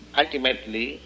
ultimately